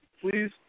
please